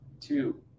Two